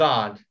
God